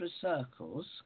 circles